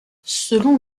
selon